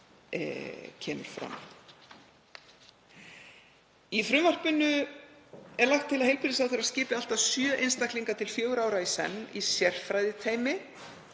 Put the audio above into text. Í frumvarpinu er lagt til að heilbrigðisráðherra skipi allt að sjö einstaklinga til fjögurra ára í senn í sérfræðiteymi